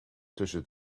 tussen